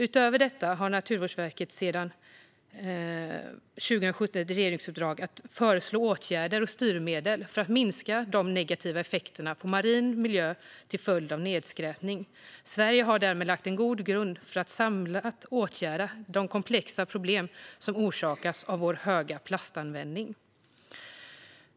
Utöver detta har Naturvårdsverket också sedan 2017 ett regeringsuppdrag att föreslå åtgärder och styrmedel för att minska de negativa effekterna på marin miljö till följd av nedskräpning. Sverige har därmed lagt en god grund för att samlat åtgärda de komplexa problem som orsakas av vår höga plastanvändning.